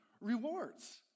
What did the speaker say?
rewards